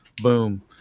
boom